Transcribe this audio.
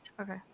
okay